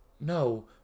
no